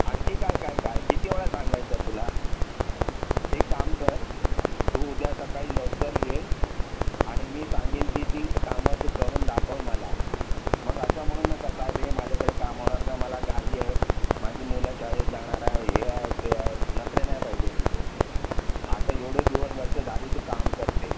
आणखी काय काय काय किती वेळा सांगायचं तुला एक काम कर तू उद्या सकाळी लवकर ये आणि मी सांगेन ती ती काम तू करून दाखव मला मग असं म्हणू नको साहेब हे माझ्याकडे काम होणार नाही मला घाई आहे माझी मुलं शाळेत जाणार आहे हे आहे ते आहे नखरे नाही पाहिजे तुझे आता एवढे दिवस वर्ष झाले तू काम करते